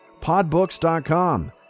Podbooks.com